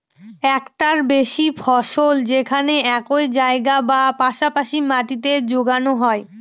একটার বেশি ফসল যেখানে একই জায়গায় বা পাশা পাশি মাটিতে যোগানো হয়